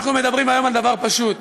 אנחנו מדברים היום על דבר פשוט: